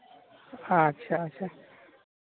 ᱟᱪᱪᱷᱟ ᱟᱪᱪᱷᱟ